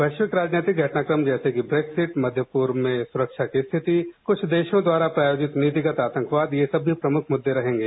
वैशिक राजनीतिक घटना क्रम जैसे ब्रैकिजट मध्य पूर्व में सुरक्षा की स्थिति कुछ देशों द्वारा प्रायोजित नीतिगत आतंकवाद ये सब भी प्रमुख मूदे रहेगे